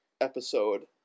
episode